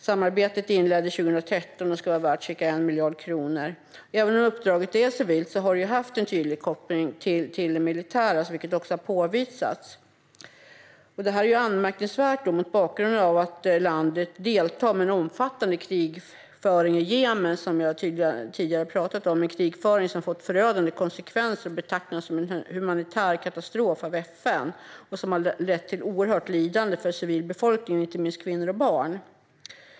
Samarbetet inleddes 2013 och ska vara värt ca 1 miljard kronor. Även om uppdraget är civilt har det haft en tydlig koppling till det militära, vilket också påvisats. Detta är anmärkningsvärt mot bakgrund av att landet deltar med en omfattande krigföring i Jemen, som jag tidigare har talat om - en krigföring som fått förödande konsekvenser och betecknas som en humanitär katastrof av FN. Kriget har lett till oerhört lidande för civilbefolkningen, inte minst kvinnor och barn.